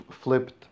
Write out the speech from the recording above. flipped